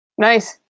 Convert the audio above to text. Nice